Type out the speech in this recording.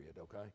okay